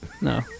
No